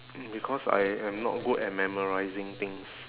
mm because I am not good at memorising things